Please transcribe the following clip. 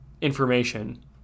information